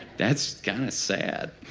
that's kind of sad